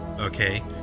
okay